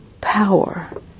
power